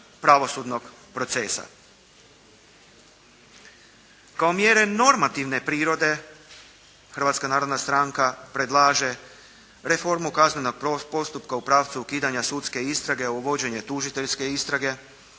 pravosudnog procesa. Kao mjere normativne prirode, Hrvatska narodna stranka predlaže reformu kaznenog postupka u pravcu ukidanja sudske istrage, a uvođenje tužiteljske istrage.